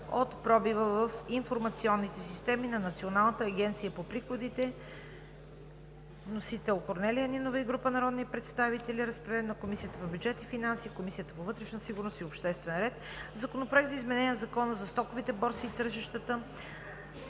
от пробива в информационните системи на Националната агенция по приходите. Вносител е Корнелия Нинова и група народни представители. Разпределен е на Комисията по бюджет и финанси, Комисията по вътрешна сигурност и обществен ред. Законопроект за изменение на Закона за стоковите борси и тържищата.